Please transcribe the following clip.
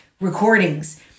recordings